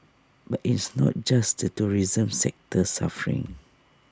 but it's not just the tourism sector suffering